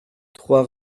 trois